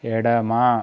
ఎడమ